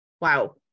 Wow